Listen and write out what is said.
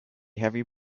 heavy